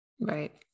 Right